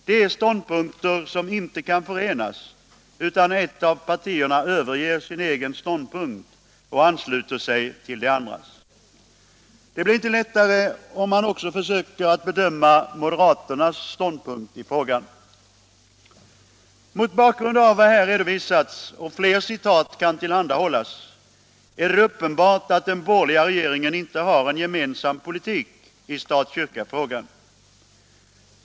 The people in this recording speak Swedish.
Det är ståndpunkter som inte kan förenas utan att ett av partierna överger sin egen ståndpunkt och ansluter sig till det andras. Det blir inte lättare om man också försöker att bedöma moderaternas ståndpunkt i frågan. Mot bakgrund av vad här redovisats, och fler citat kan tillhandahållas, är det uppenbart att den borgerliga regeringen inte har en gemensam politik i stat-kyrka-frågan.